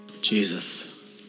Jesus